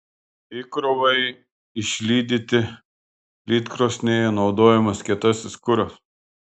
įkrovai išlydyti lydkrosnėje naudojamas kietasis kuras